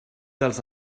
dels